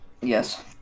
yes